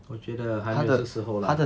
我觉得还不是时候 lah